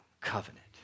covenant